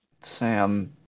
Sam